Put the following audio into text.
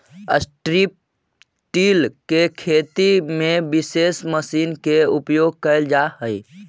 strip till में खेती में विशेष मशीन के उपयोग कैल जा हई